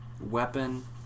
weapon